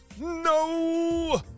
No